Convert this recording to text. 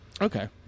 Okay